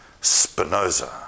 Spinoza